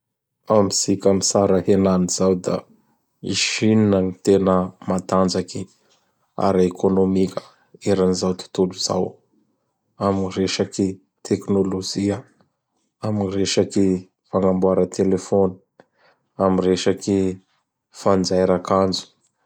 Amitsika mitsara henany zao da i Chine gn tena matanjaky ara-ekônômika eran'izao totolo zao am resaky teknôlojia am resaky fagnamboara telefôny, am resaky fanjaira akanjo.